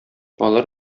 алар